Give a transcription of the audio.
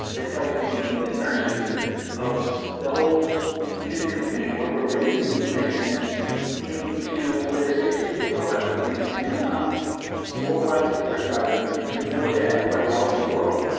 it's like the the nursery of the whole music community where we're raising musicians in to where they get too big for us. and they. and they become these worldwide superstars and and give joy to everybody all over the world.